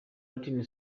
latin